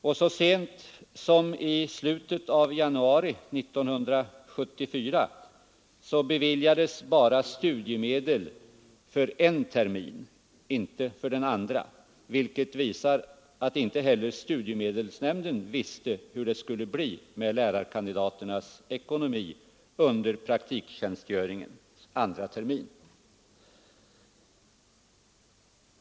Och så sent som i slutet av januari 1974 beviljades bara studiemedel för en termin, inte för den andra, vilket visar att inte heller studiemedelsnämnden visste hur det skulle bli med lärarkandidaternas ekonomi under praktiktjänstgöringens andra termin.